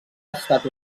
estat